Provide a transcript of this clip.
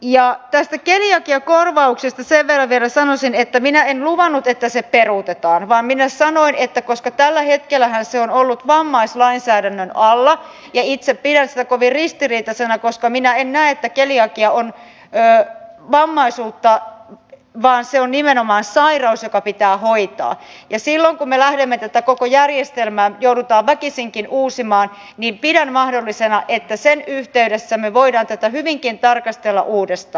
tästä keliakiakorvauksesta sen verran vielä sanoisin että minä en luvannut että se peruutetaan vaan minä sanoin että koska tällä hetkellähän se on ollut vammaislainsäädännön alla ja itse pidän sitä kovin ristiriitaisena koska minä en näe että keliakia on vammaisuutta vaan se on nimenomaan sairaus joka pitää hoitaa niin silloin kun me joudumme tätä koko järjestelmää väkisinkin uusimaan pidän mahdollisena että sen yhteydessä me voimme tätä hyvinkin tarkastella uudestaan